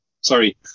Sorry